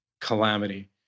calamity